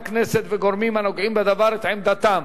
כנסת וגורמים הנוגעים בדבר את עמדתם